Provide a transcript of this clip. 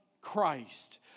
Christ